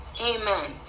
Amen